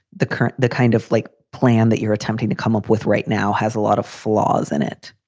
the current the kind of like plan that you're attempting to come up with right now has a lot of flaws in it.